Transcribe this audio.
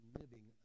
living